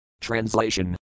Translation